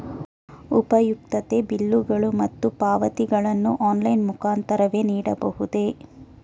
ಉಪಯುಕ್ತತೆ ಬಿಲ್ಲುಗಳು ಮತ್ತು ಪಾವತಿಗಳನ್ನು ಆನ್ಲೈನ್ ಮುಖಾಂತರವೇ ಮಾಡಬಹುದೇ?